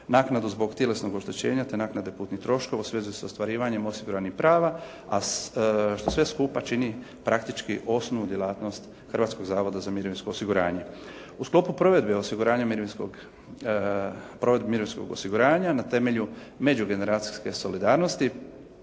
naknadu zbog tjelesnog oštećenja te naknade putnih troškova u svezi s ostvarivanjem osiguranih prava a što sve skupa čini praktički osnovnu djelatnost Hrvatskog zavoda za mirovinskog osiguranja. U sklopu provedbe mirovinskog osiguranja na temelju međugeneracijske solidarnosti